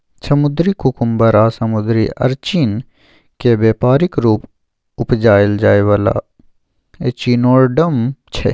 समुद्री कुकुम्बर आ समुद्री अरचिन केँ बेपारिक रुप उपजाएल जाइ बला एचिनोडर्म छै